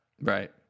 Right